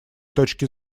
точки